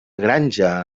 granja